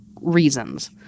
reasons